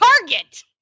Target